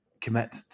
commit